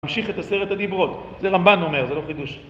ממשיך את עשרת הדיברות, זה רמבן אומר, זה לא חידוש